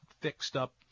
fixed-up